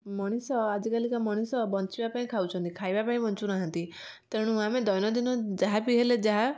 ମଣିଷ ଆଜିକାଲିକା ମଣିଷ ବଞ୍ଚିବା ପାଇଁ ଖାଉଛନ୍ତି ଖାଇବା ପାଇଁ ବଞ୍ଚୁ ନାହାନ୍ତି ତେଣୁ ଆମେ ଦୈନନ୍ଦିନ ଯାହା ବି ହେଲେ ଯାହା